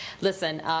Listen